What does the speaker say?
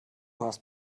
hast